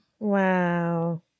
wow